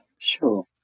Sure